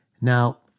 now